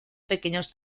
pequeños